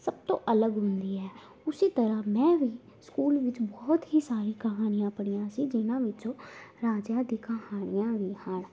ਸਭ ਤੋਂ ਅਲੱਗ ਹੁੰਦੀ ਹੈ ਉਸੀ ਤਰ੍ਹਾਂ ਮੈਂ ਵੀ ਸਕੂਲ ਵਿੱਚ ਬਹੁਤ ਹੀ ਸਾਰੀਆਂ ਕਹਾਣੀਆਂ ਪੜ੍ਹੀਆਂ ਸੀ ਜਿਹਨਾਂ ਵਿੱਚੋਂ ਰਾਜਿਆਂ ਦੀਆਂ ਕਹਾਣੀਆਂ ਵੀ ਹਨ